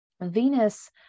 Venus